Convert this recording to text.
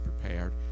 prepared